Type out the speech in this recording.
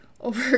over